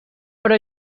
però